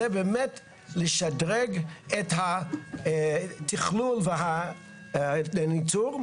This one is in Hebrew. זה באמת לשדרג את התכנון והניתור.